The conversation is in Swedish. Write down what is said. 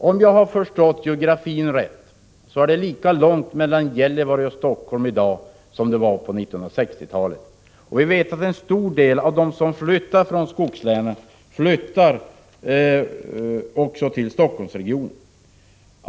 Om jag har förstått geografin på rätt sätt, är det lika långt mellan Gällivare och Helsingfors i dag som det var på 1960-talet. Vi vet att en stor del av dem som flyttar från skogslänen flyttar till Helsingforssregionen.